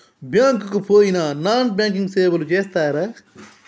Bank కి పోయిన non banking సేవలు చేస్తరా?